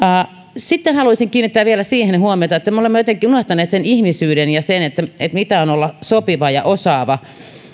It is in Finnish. sitten haluaisin vielä kiinnittää siihen huomiota että me olemme jotenkin unohtaneet sen ihmisyyden ja sen mitä on olla sopiva ja osaava